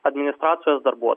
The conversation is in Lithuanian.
administracijos darbuo